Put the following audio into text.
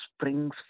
springs